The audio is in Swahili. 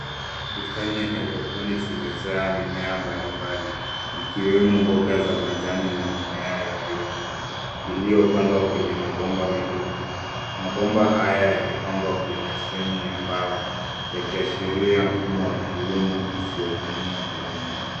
Bustani ya hydroponic imejaa mimea mbalimbali ikiwemo mboga za majani na mimea za viungo iliyo kwenye mabomba nyeupe. Mabomba haya yamepangwa kwenye fremu ya mbao yakiashiria mfumo wa kilimo usiotumia udongo.